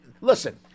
listen